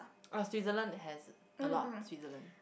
ah Switzerland has a lot Switzerland